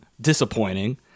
Disappointing